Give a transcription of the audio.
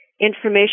information